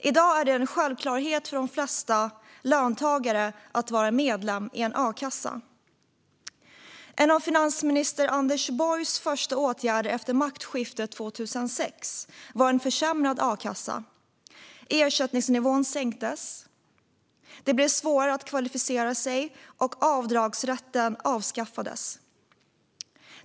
I dag är det en självklarhet för de flesta löntagare att vara medlem i en a-kassa. Skattereduktion för avgift till arbetslös-hetskassa En av finansminister Anders Borgs första åtgärder efter maktskiftet 2006 var att försämra a-kassan. Ersättningsnivån sänktes, det blev svårare att kvalificera sig och avdragsrätten avskaffades.